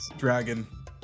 dragon